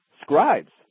scribes